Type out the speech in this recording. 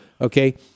Okay